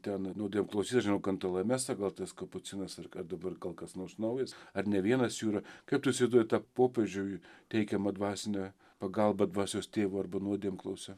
ten nuodėmklausys žinau kantalamesa gal tas kapucinas ar ar dabar gal kas nors naujas ar ne vienas jų yra kaip tu įsivaizduoji tą popiežiui teikiamą dvasinę pagalbą dvasios tėvo arba nuodėmklausio